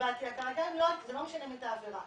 איבדתי הכרה" זה לא משנה אם הייתה עבירה.